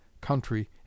country